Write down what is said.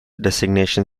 designation